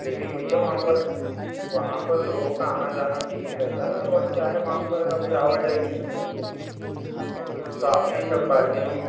लेकिन भैया वहाँ पर वहाँ पर लोगों का आना जाना ठीक नहीं रहता ना और क्या है वहाँ पर अभी आना जानी नहीं हैं उधर शॉप नहीं चल पाएगी हम